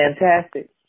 fantastic